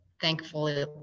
thankfully